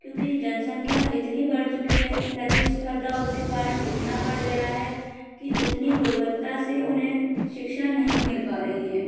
क्योंकि जनसंख्या इतनी बढ़ चुकी है प्रतिस्पर्धा उसके कारण इतना बढ़ गया है कि उतनी गुणवत्ता से उन्हें शिक्षा नहीं मिल पा रही है